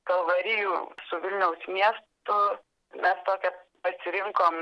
kalvarijų su vilniaus miestu mes tokią atsirinkom